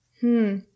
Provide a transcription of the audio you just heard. hmm-